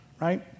right